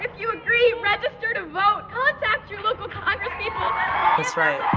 you agree, register to vote. contact your local congresspeople that's right.